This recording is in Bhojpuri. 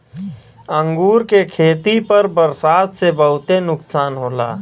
अंगूर के खेती पर बरसात से बहुते नुकसान होला